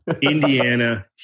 Indiana